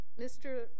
Mr